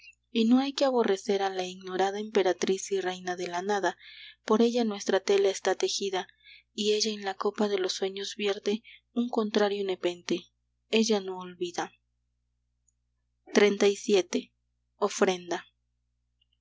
y no hay que aborrecer a la ignorada emperatriz y reina de la nada por ella nuestra tela está tejida y ella en la copa de los sueños vierte un contrario nepente ella no olvida xxxvii ofrenda